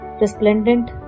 Resplendent